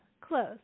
close